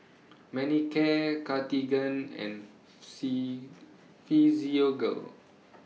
Manicare Cartigain and C Physiogel